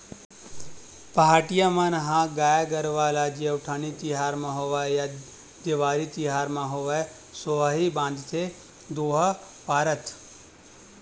पहाटिया मन ह गाय गरुवा ल जेठउनी तिहार म होवय या देवारी तिहार म होवय सोहई बांधथे दोहा पारत